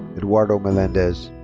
eduardo melendez.